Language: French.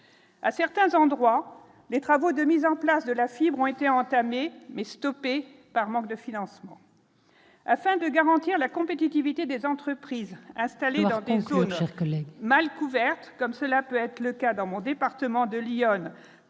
à certains endroits, les travaux de mise en place de la fibre ont été entamées, mais stoppée par manque de financement afin de garantir la compétitivité des entreprises installées dans une autre chose que le mal couvertes comme cela peut être le cas dans mon département de l'Yonne